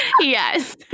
Yes